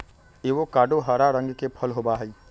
avocado हरा रंग के फल होबा हई